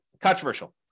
controversial